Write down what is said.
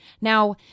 Now